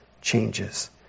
changes